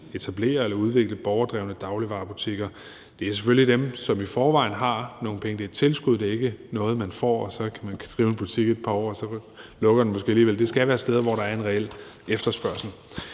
etablere eller udvikle borgerdrevne dagligvarebutikker. Det er selvfølgelig dem, som i forvejen har nogle penge, for det er et tilskud. Det er ikke noget, man får, og hvor man så kan drive en butik i et par år, og den måske så alligevel lukker, men det skal være steder, hvor der er en reel efterspørgsel.